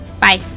Bye